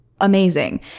amazing